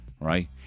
right